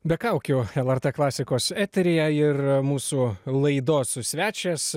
be kaukių lrt klasikos eteryje ir mūsų laidos svečias